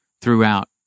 throughout